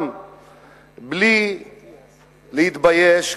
בלי להתבייש,